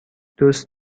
دوست